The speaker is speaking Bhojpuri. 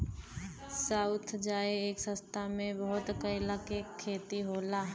साउथ जाए क रस्ता में बहुत केला क खेती होला